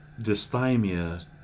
dysthymia